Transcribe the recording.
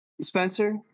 Spencer